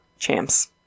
champs